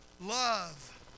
love